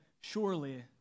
surely